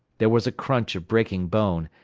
there was a crunch of breaking bone,